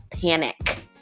panic